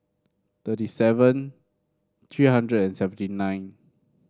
thirty seven three hundred and seventy nine